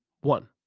one